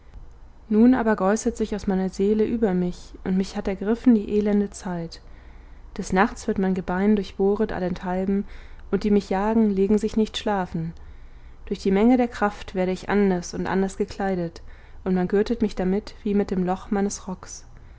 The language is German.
nun aber geußet sich aus meiner seele über mich und mich hat ergriffen die elende zeit des nachts wird mein gebein durchbohret allenthalben und die mich jagen legen sich nicht schlafen durch die menge der kraft werde ich anders und anders gekleidet und man gürtet mich damit wie mit dem loch meines rocks